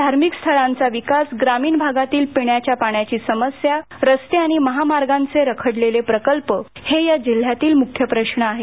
धार्मिक स्थळांचा विकास ग्रामीण भागातली पिण्याच्या पाण्याची समस्या रस्ते आणि महामार्गांचे रखडलेले प्रकल्प हे या जिल्ह्यातील मुख्य प्रश्न आहेत